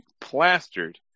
plastered